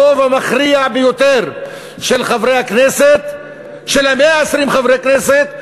הרוב המכריע ביותר של 120 חברי הכנסת,